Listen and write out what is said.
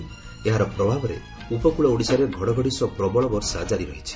ଏହାର ପ୍ରଭାବରେ ଉପକୃଳ ଓଡ଼ିଶାରେ ଘଡ଼ଘଡ଼ି ସହ ପ୍ରବଳ ବର୍ଷା ଜାରି ରହିଛି